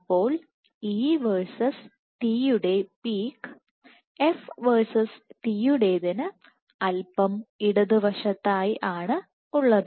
അപ്പോൾ E versus T യുടെ peak F versus T യുടെതിന് അല്പം ഇടതുവശത്തായി ആണ് ഉള്ളത്